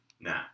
Nah